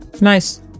nice